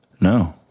No